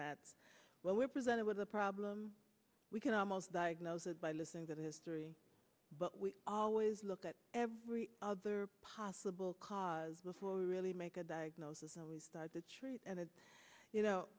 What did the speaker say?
at well we're presented with a problem we can almost diagnose it by listening to the history but we always look at every other possible cause we really make a diagnosis and we start to treat and it's you know